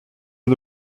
are